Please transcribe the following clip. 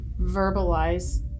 verbalize